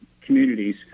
communities